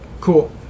cool